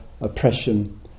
oppression